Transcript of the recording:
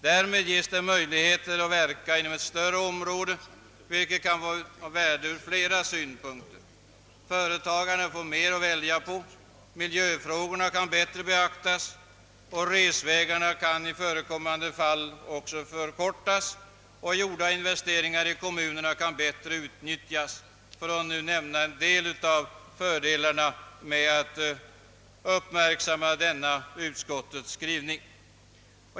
Därmed ges de möjligheter att verka inom ett större område, vilket ur flera synpunkter kan vara av värde. Företasarna får mer att välja på, miljöfrågorna kan bättre beaktas, resvägarna kan i förekommande fall också förkortas och de av kommunerna gjorda investeringarna kan bättre utnyttjas, för att nu nämna en del av de fördelar som följer av att uppmärksamma denna utskottets skrivning.